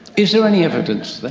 is there any evidence?